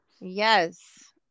Yes